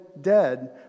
dead